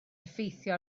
effeithio